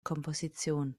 komposition